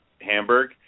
Hamburg